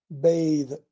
bathe